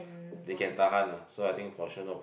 they can tahan ah so I think for sure no